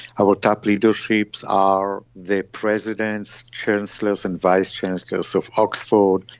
our top leaderships are the presidents, chancellors and vice chancellors of oxford,